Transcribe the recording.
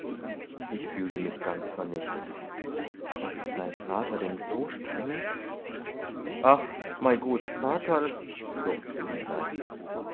ich fühlte mich ganz vernichtet aber ist dein vater denn so strenge ach mei guts vaterl schluchzte lisei